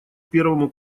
первому